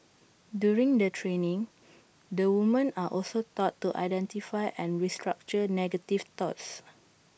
during the training the women are also taught to identify and restructure negative thoughts